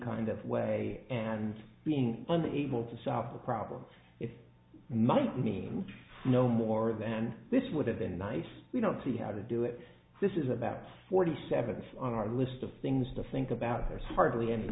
kind of way and being unable to solve the problem it's not means no more than this would have been nice we don't see how to do it this is about forty seventh on our list of things to think about there's hardly any